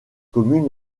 commune